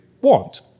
want